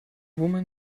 woman